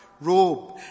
robe